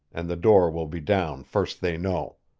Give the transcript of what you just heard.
and the door will be down first they know.